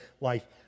life